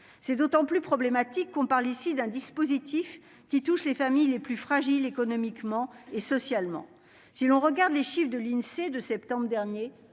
c'est d'autant plus problématique qu'on parle ici d'un dispositif qui touchent les familles les plus fragiles économiquement et socialement, si l'on regarde les chiffres de l'Insee de septembre dernier,